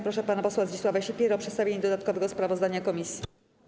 Proszę pana posła Zdzisława Sipierę o przedstawienie dodatkowego sprawozdania komisji.